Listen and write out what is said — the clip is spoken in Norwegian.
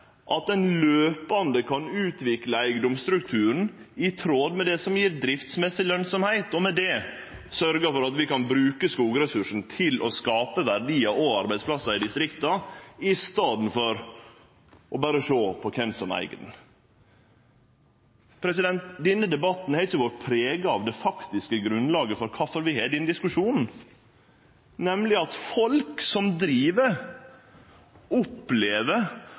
at ein kontinuerleg kan utvikle eigedomsstrukturen i tråd med det som gjev driftsmessig lønsemd, og med det sørgje for at vi kan bruke skogressursane til å skape verdiar og arbeidsplassar i distrikta i staden for å berre sjå på kven som eig dei. Denne debatten har ikkje vore prega av det faktiske grunnlaget for kvifor vi har denne diskusjonen, nemleg at folk som driv, opplever